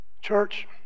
Church